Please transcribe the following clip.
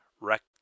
wreck